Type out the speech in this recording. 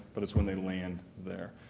but it's when they land there.